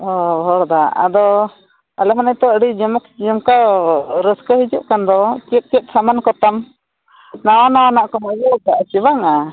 ᱦᱮᱸ ᱵᱚᱦᱲᱫᱟ ᱟᱫᱚ ᱟᱞᱮᱢᱟ ᱱᱤᱛᱚᱜ ᱟᱹᱰᱤ ᱡᱚᱢᱚᱠ ᱡᱚᱢᱠᱟᱣ ᱨᱟᱹᱥᱠᱟᱹ ᱦᱤᱡᱩᱜ ᱠᱟᱱ ᱫᱚ ᱪᱮᱫ ᱪᱮᱫ ᱥᱟᱢᱟᱱ ᱠᱚᱛᱟᱢ ᱱᱟᱣᱟ ᱱᱟᱣᱟ ᱱᱟᱜ ᱠᱚᱢ ᱟᱹᱜᱩ ᱠᱟᱜᱼᱟ ᱥᱮ ᱵᱟᱝᱟ